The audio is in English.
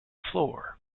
floor